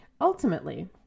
Ultimately